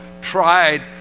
tried